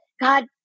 God